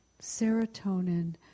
serotonin